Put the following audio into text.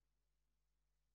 22 באפריל,